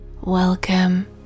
Welcome